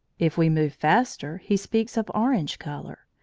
if we move faster, he speaks of orange-colour,